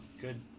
good